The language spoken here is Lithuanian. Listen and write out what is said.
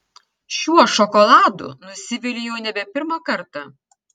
šiuo šokoladu nusiviliu jau nebe pirmą kartą